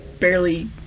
barely